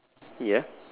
ya